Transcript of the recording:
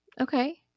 Okay